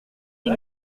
tes